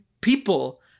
people